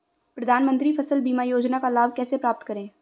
प्रधानमंत्री फसल बीमा योजना का लाभ कैसे प्राप्त करें?